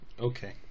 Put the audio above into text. Okay